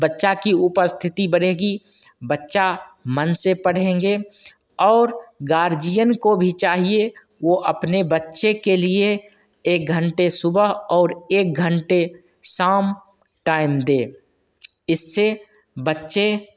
बच्चा की उपस्थिति बढ़ेगी बच्चा मन से पढ़ेंगे और गार्जियन को भी चाहिए वो अपने बच्चे के लिए एक घंटे सुबह और एक घंटे शाम टाइम दे इससे बच्चे